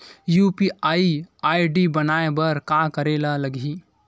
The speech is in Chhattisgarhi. यू.पी.आई आई.डी बनाये बर का करे ल लगही?